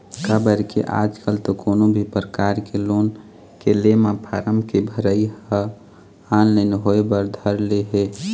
काबर के आजकल तो कोनो भी परकार के लोन के ले म फारम के भरई ह ऑनलाइन होय बर धर ले हे